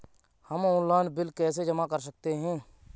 हम online bill कैसे जमा कर सकते हैं?